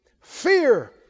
fear